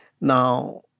Now